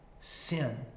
sin